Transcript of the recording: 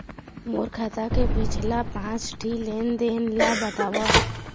मोर खाता के पिछला पांच ठी लेन देन ला बताव?